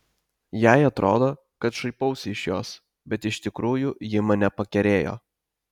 jai atrodo kad šaipausi iš jos bet iš tikrųjų ji mane pakerėjo